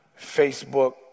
Facebook